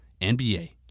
NBA